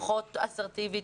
פחות אסרטיבית,